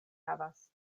havas